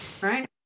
Right